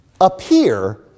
appear